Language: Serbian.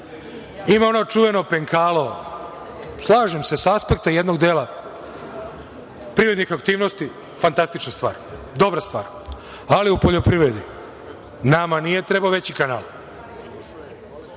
Ima ono čuveno penkalo…Slažem se, sa aspekta jednog dela privrednih aktivnosti, fantastična star, dobra stvar, ali u poljoprivredi nama nije trebao veći kanal.